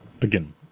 again